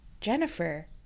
Jennifer